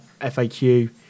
FAQ